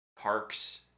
parks